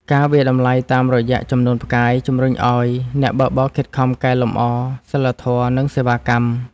ការវាយតម្លៃតាមរយ:ចំនួនផ្កាយ ជំរុញឱ្យអ្នកបើកបរខិតខំកែលម្អសីលធម៌ និងសេវាកម្ម។